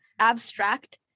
abstract